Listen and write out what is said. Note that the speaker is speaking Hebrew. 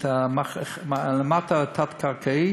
המתחם התת-קרקעי,